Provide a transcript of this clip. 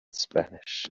spanish